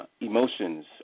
emotions